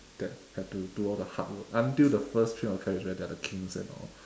that had to do all the hard work until the first train of tracks where they are the kings and all